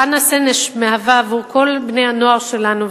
חנה סנש מהווה עבור כל בני-הנוער שלנו,